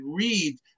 read